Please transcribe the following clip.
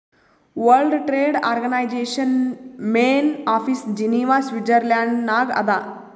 world trade organisation main office Geneva Switzerland ನಾಗ್ ಅದಾ